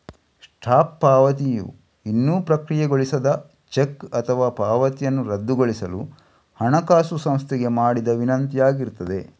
stop ಪಾವತಿಯು ಇನ್ನೂ ಪ್ರಕ್ರಿಯೆಗೊಳಿಸದ ಚೆಕ್ ಅಥವಾ ಪಾವತಿಯನ್ನ ರದ್ದುಗೊಳಿಸಲು ಹಣಕಾಸು ಸಂಸ್ಥೆಗೆ ಮಾಡಿದ ವಿನಂತಿ ಆಗಿರ್ತದೆ